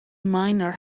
miner